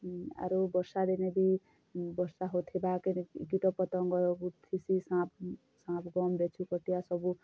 ଆରୁ ବର୍ଷା ଦିନେ ବି ବର୍ଷା ହଉଥିବା କେନେ କୀଟ ପତଙ୍ଗ ଥିସି ସାଁପ୍ ସାଁପ୍ କମ୍ ବେଛୁ କଟିଆ ସବୁ